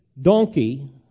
donkey